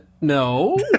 no